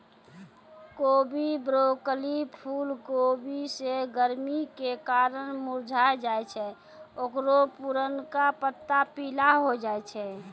कोबी, ब्रोकली, फुलकोबी जे गरमी के कारण मुरझाय जाय छै ओकरो पुरनका पत्ता पीला होय जाय छै